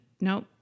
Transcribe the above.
Nope